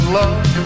love